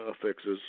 fixes